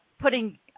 putting